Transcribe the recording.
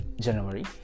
January